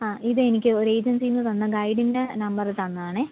ആ ഇത് എനിക്ക് ഒരു ഏജൻസിയിൽ നിന്ന് തന്ന ഗൈഡിൻ്റെ നമ്പർ തന്നതാണേ